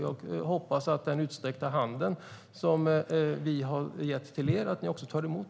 Jag hoppas att ni tar emot den utsträckta hand som vi har gett till er.